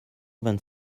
vingt